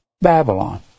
Babylon